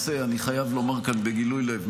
חייב לומר כאן בגילוי לב,